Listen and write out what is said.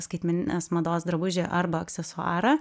skaitmeninės mados drabužį arba aksesuarą